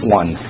one